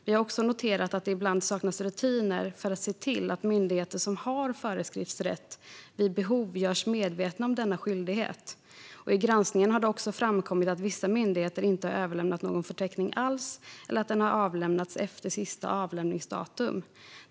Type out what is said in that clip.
Vi har också noterat att det ibland saknas rutiner för att se till att myndigheter som har föreskriftsrätt vid behov görs medvetna om denna skyldighet. I granskningen har det också framkommit att vissa myndigheter inte har överlämnat någon förteckning alls eller att den har avlämnats efter sista avlämningsdatum.